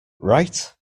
right